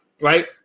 Right